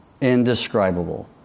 indescribable